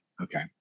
Okay